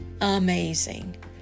amazing